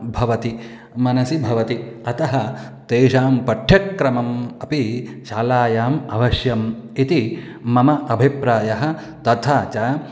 भवति मनसि भवति अतः तेषां पाठ्यक्रमम् अपि शालायाम् अवश्यम् इति मम अभिप्रायः तथा च